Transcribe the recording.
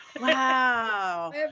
Wow